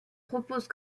propose